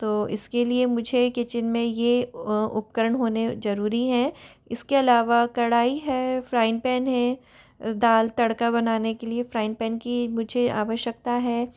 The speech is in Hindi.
तो इसके लिए मुझे किचन में ये उपकरण होने जरूरी हैं इसके अलावा कढ़ाई है फ्राईंग पैन है दाल तड़का बनाने के लिए फ्राईंग पैन की मुझे आवश्यकता है